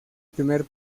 primer